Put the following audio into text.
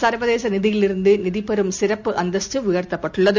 சர்வதேசநிதியத்திலிருந்துநிதிபெறும் சிறப்பு அந்தஸ்து உயர்த்தப்பட்டுள்ளது